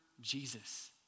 Jesus